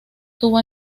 tuvo